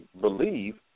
believe